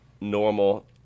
normal